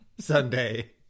Sunday